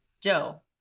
joe